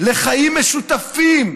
לחיים משותפים,